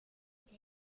with